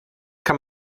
kann